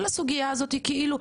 כל הסוגיה הזאת היא כאילו,